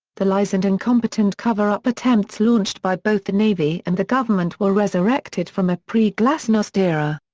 the lies and incompetent cover-up attempts launched by both the navy and the government were resurrected from a pre-glasnost era.